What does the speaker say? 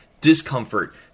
discomfort